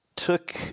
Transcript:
took